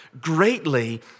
greatly